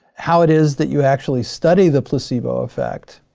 how it is that you actually study the placebo effect?